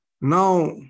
Now